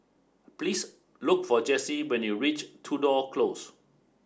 please look for Jessie when you reach Tudor Close